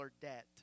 debt